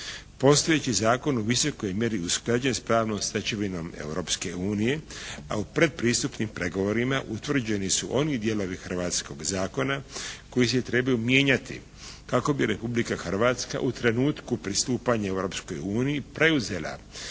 Postojeći zakon u visokoj je mjeri usklađen sa pravnom stečevinom Europske unije, a u predpristupnim pregovorima utvrđeni su oni dijelovi hrvatskog zakona koji se trebaju mijenja kako bi Republika Hrvatska u trenutku pristupanja Europskoj